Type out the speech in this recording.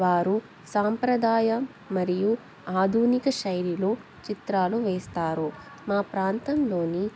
వారు సాంప్రదాయం మరియు ఆధునిక శైలుల చిత్రాలు వేస్తారు మా ప్రాంతంలోని